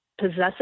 possessive